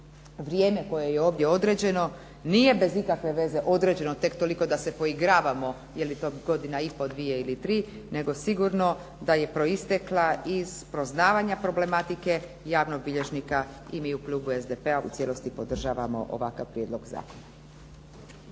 vrijeme koje je ovdje određeno nije bez ikakve veze određeno tek toliko da se poigravamo je li to godina i pol, dvije ili tri, nego sigurno da je proistekla iz proznavanja problematike javnog bilježnika i mi u Klubu SDP-a, u cijelosti podržavamo ovakav prijedlog zakona.